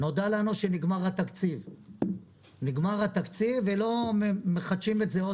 נודע לנו שנגמר התקציב ולא מחדשים את זה.